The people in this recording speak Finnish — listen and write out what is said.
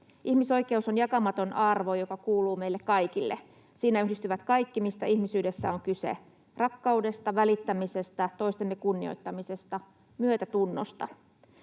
Ihmisoikeus on jakamaton arvo, joka kuuluu meille kaikille. Siinä yhdistyy kaikki, mistä ihmisyydessä on kyse: rakkaudesta, välittämisestä, toistemme kunnioittamisesta, myötätunnosta.